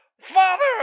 Father